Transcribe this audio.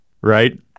right